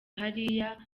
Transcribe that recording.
hariya